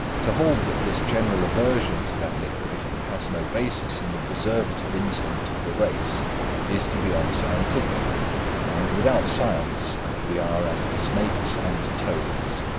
to hold that this general aversion to that liquid has no basis in the preservative instinct of the race is to be unscientific and without science we are as the snakes and toads.